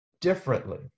differently